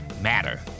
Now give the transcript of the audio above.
matter